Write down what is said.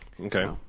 Okay